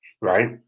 right